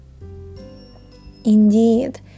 Indeed